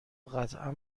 قطعا